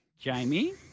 Jamie